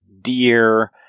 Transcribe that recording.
deer